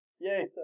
Yay